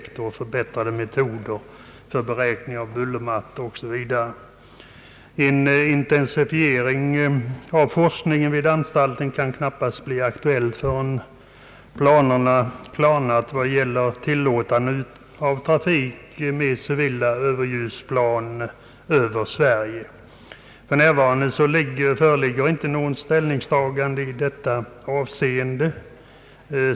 Man arbetar också med att få fram förbättrade metoder för beräkning av bullermattor m.m. En intensifiering av forskningen vid anstalten kan knappast bli aktuell, förrän planerna klarnat vad gäller tillåtande av trafik med civila överljudsplan över Sverige. För närvarande föreligger inte något ställningstagande i detta avseende.